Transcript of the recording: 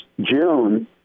June